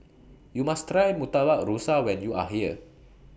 YOU must Try Murtabak Rusa when YOU Are here